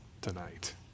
tonight